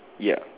yup